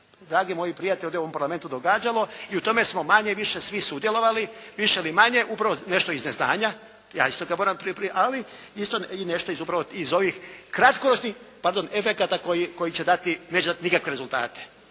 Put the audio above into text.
dragi moji prijatelji u ovom Parlamentu događalo i u tome smo manje-više svi sudjelovali, više ili manje upravo nešto iz neznanja, ja isto to moram, ali isto nešto upravo iz ovih kratkoročnih pardon efekata koji će dati, neće dati nikakve rezultate.